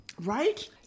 Right